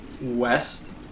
west